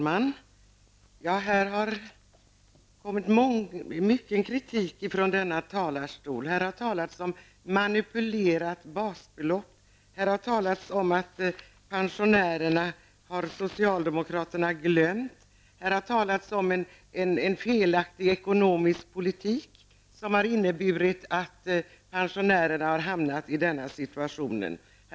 Herr talman! Mycken kritik har framförts från denna talarstol. Det har talats om manipulerat basbelopp. Det har sagts att socialdemokraterna har glömt pensionärerna. Vidare har det talats om en felaktig ekonomisk politik, som har lett till att pensionärerna har hamnat i den situation som de nu befinner sig i.